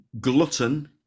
glutton